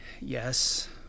Yes